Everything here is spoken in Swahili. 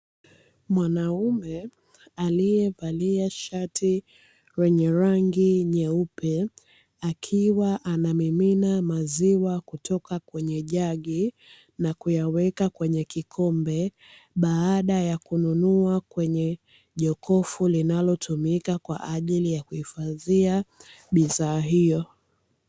Mwanaume aliyevalia shati lenye rangi nyeupe, akiwa anamimina maziwa kutoka kwenye jagi, na kuyaweka kwenye kikombe baada ya kuyanunua kwenye jokofu linalotumika kwaajili ya kuhifadhia bidhaa hiyo.